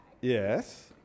Yes